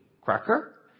cracker